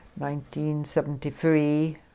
1973